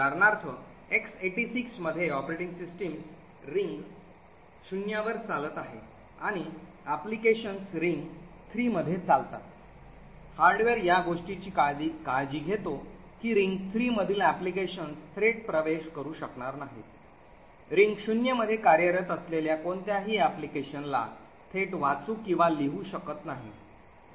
उदाहरणार्थ x86 मध्ये operating system ring शून्यावर चालत आहे आणि applications रिंग थ्री मध्ये चालतात हार्डवेअर या गोष्टीची काळजी घेतो की रिंग थ्री मधील applications थेट प्रवेश करू शकणार नाहीत रिंग शून्य मध्ये कार्यरत असलेल्या कोणत्याही application ला थेट वाचू किंवा लिहू शकत नाहीत